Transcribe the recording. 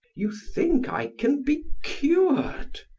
you think i can be cured?